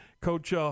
Coach